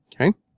Okay